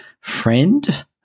friend